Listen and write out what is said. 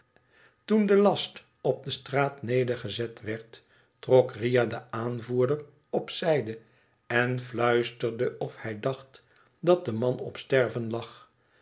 toen de last op de straat nedergezet werd trok riah den aanvoerder op zijde en fluisterde of hij dacht dat de man op sterven laff